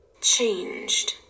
changed